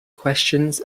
questions